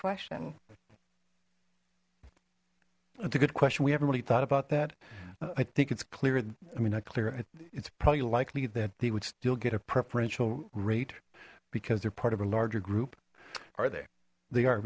question that's a good question we haven't really thought about that i think it's clear i mean not clear it's probably likely that they would still get a preferential rate because they're part of a larger group are they they are